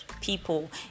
people